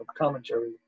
commentary